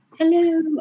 Hello